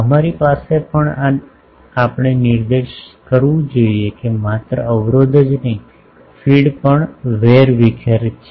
અમારી પાસે પણ આપણે નિર્દેશ કરવું જોઈએ કે માત્ર અવરોધ જ નહીં ફીડ પણ વેરવિખેર કરે છે